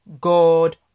God